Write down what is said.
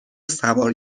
سوار